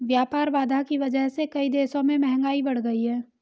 व्यापार बाधा की वजह से कई देशों में महंगाई बढ़ गयी है